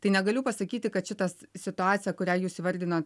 tai negaliu pasakyti kad šitas situacija kurią jūs įvardinot